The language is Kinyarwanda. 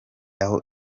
aho